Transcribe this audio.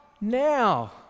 now